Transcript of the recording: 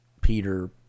Peter